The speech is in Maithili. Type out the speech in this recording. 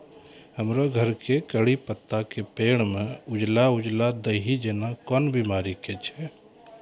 हमरो घर के कढ़ी पत्ता के पेड़ म उजला उजला दही जेना कोन बिमारी छेकै?